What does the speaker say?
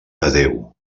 adéu